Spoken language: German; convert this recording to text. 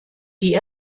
die